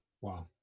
Wow